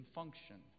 function